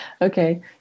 okay